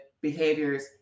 behaviors